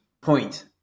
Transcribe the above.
point